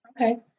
Okay